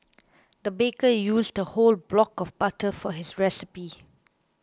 the baker used a whole block of butter for his recipe